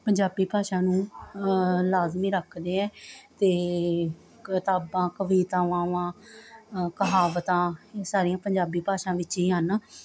ਪੰਜਾਬੀ ਭਾਸ਼ਾ ਨੂੰ ਲਾਜ਼ਮੀ ਰੱਖਦੇ ਹੈ ਅਤੇ ਕਿਤਾਬਾਂ ਕਵਿਤਾਵਾਂ ਕਹਾਵਤਾਂ ਇਹ ਸਾਰੀਆਂ ਪੰਜਾਬੀ ਭਾਸ਼ਾ ਵਿੱਚ ਹੀ ਹਨ